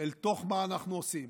אל תוך מה שאנחנו עושים.